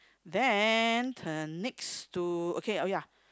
then turn next to okay oh ya